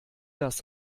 das